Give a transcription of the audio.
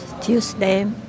Tuesday